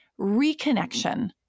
reconnection